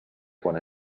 quan